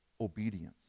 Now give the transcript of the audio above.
obedience